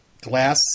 Glass